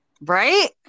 Right